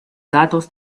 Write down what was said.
datos